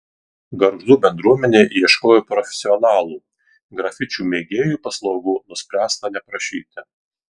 gargždų bendruomenė ieškojo profesionalų grafičių mėgėjų paslaugų nuspręsta neprašyti